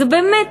זה באמת